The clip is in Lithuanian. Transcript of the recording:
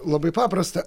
labai paprasta